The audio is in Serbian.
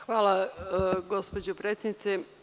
Hvala gospođo predsednice.